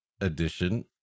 edition